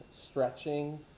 stretching